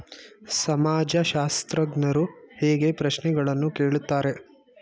ಸಮಾಜಶಾಸ್ತ್ರಜ್ಞರು ಹೇಗೆ ಪ್ರಶ್ನೆಗಳನ್ನು ಕೇಳುತ್ತಾರೆ?